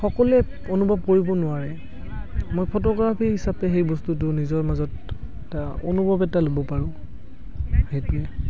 সকলোৱে অনুভৱ কৰিব নোৱাৰে মই ফটোগ্ৰাফী হিচাবে সেই বস্তুটো নিজৰ মাজত এটা অনুভৱ এটা ল'ব পাৰোঁ সেইটোৱেই